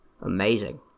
Amazing